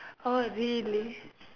orh really